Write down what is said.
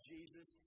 Jesus